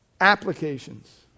applications